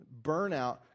burnout